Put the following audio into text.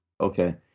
Okay